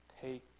take